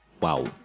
Wow